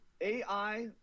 AI